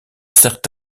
sert